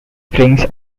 springs